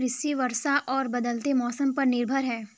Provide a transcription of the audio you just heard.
कृषि वर्षा और बदलते मौसम पर निर्भर है